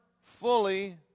fully